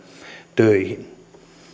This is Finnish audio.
töihin